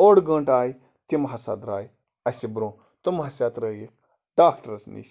اوٚڑ گٲنٛٹہٕ آے تِم ہسا درٛاے اَسہِ برٛونٛہہ تٕم ہسا ترٛٲیِکھ ڈاکٹَرَس نِش